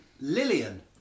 Lillian